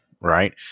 right